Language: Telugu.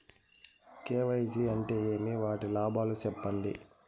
కె.వై.సి అంటే ఏమి? వాటి లాభాలు సెప్పండి?